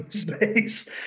space